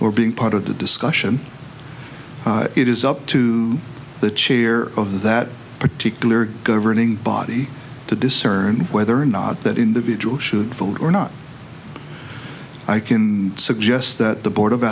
or being part of the discussion it is up to the chair of that particular governing body to discern whether or not that individual should fold or not i can suggest that the board